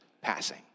passing